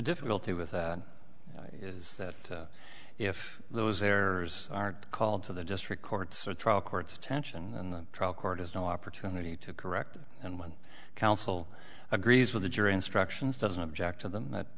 difficulty with that is that if those errors are called to the district courts or a trial court's attention and the trial court has an opportunity to correct and counsel agrees with the jury instructions doesn't object to them that